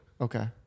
Okay